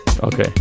Okay